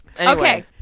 Okay